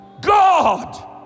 God